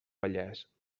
vallès